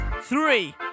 Three